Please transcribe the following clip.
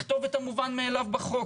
לכתוב את המובן מאליו בחוק.